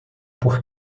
por